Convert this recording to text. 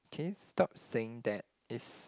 can you stop saying that it's